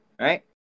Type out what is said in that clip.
right